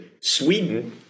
Sweden